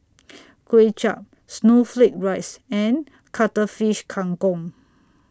Kway Chap Snowflake Rice and Cuttlefish Kang Kong